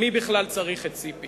מי בכלל צריך את ציפי.